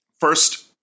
First